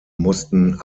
mussten